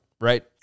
right